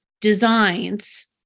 designs